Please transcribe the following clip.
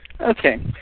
Okay